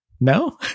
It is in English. No